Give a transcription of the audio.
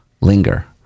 linger